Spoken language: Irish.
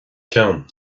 ceann